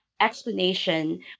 explanation